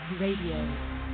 Radio